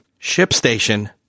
ShipStation